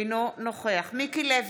אינו נוכח מיקי לוי,